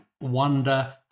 wonder